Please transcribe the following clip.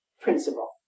principle